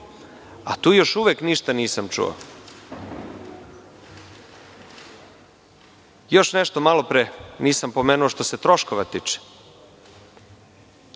a tu još uvek ništa nisam čuo. Još nešto, malopre nisam pomenuo što se troškova tiče.